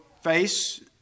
face